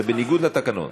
זה בניגוד לתקנון.